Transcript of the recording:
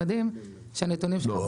מועמדים שהנתונים שלהם הועברו --- לא,